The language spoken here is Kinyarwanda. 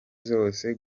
zose